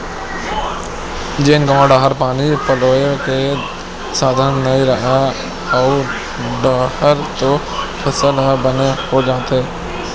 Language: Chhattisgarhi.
जेन गाँव डाहर पानी पलोए के साधन नइय रहय ओऊ डाहर तो फसल ह बने हो जाथे